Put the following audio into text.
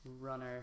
runner